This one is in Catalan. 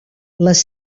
les